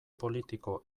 politiko